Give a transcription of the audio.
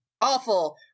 awful